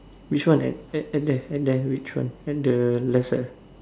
which one at there at there which one at the left ah